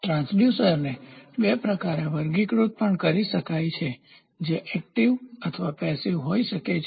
ટ્રાંસડ્યુસર્સને બે પ્રકારે વર્ગીકૃત પણ કરી શકાય છે જે એકટીવસક્રિય અથવા પેસીવનિષ્ક્રિય હોઈ શકે છે